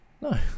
No